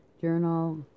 journal